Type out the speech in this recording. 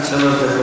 בבקשה, אדוני.